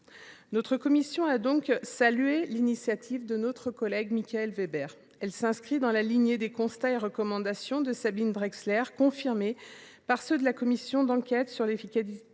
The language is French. Notre commission a donc salué l’initiative de notre collègue Michaël Weber, laquelle s’inscrit dans la lignée des constats et recommandations de Sabine Drexler, confirmés par ceux de la commission d’enquête sur l’efficacité